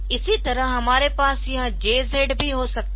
इसी तरह हमारे पास यह JZ भी हो सकता है